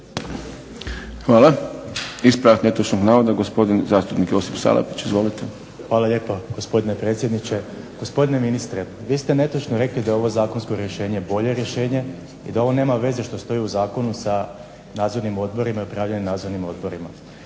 Hvala. Ispravak netočnog navoda gospodin zastupnik Josip Salapić. Izvolite. **Salapić, Josip (HDZ)** Hvala lijepa gospodine predsjedniče. Gospodine ministre, vi ste netočno rekli da je ovo zakonsko rješenje bolje rješenje i da ovo nema veze što stoji u zakonu sa nadzornim odborima i upravljanje nadzornim odborima.